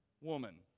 woman